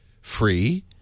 free